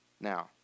Now